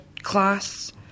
Class